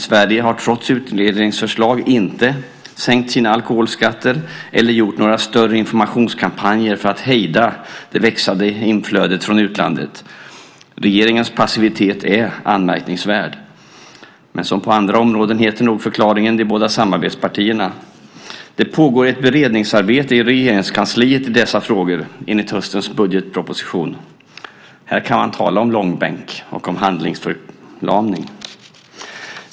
Sverige har trots utredningsförslag inte sänkt sina alkoholskatter eller gjort några större informationskampanjer för att hejda det växande inflödet från utlandet. Regeringens passivitet är anmärkningsvärd. Men som på andra områden heter nog förklaringen de båda samarbetspartierna. Det pågår ett beredningsarbete i Regeringskansliet i dessa frågor, enligt höstens budgetproposition. Här kan man tala om långbänk och om handlingsförlamning.